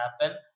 happen